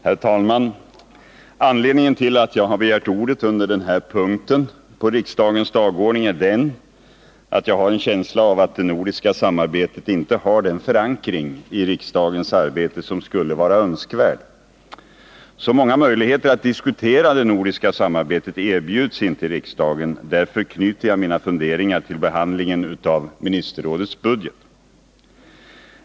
Herr talman! Anledningen till att jag har begärt ordet under den här punkten på riksdagens dagordning är den att jag har en känsla av att det nordiska samarbetet inte har den förankring i riksdagens arbete som skulle vara önskvärt. Så många möjligheter att diskutera det nordiska samarbetet erbjuds inte i riksdagen. Därför knyter jag mina funderingar till behandlingen av ministerrådets budget.